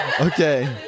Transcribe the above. Okay